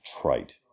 trite